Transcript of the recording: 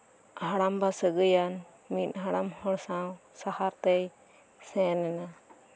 ᱦᱟᱲᱟᱢᱵᱟ ᱥᱟᱹᱜᱟᱹᱭ ᱟᱱ ᱢᱤᱫ ᱦᱟᱲᱟᱢ ᱦᱚᱲ ᱥᱟᱶ ᱟᱦᱟᱨᱛᱮᱭ ᱥᱮᱱ ᱮᱱᱟ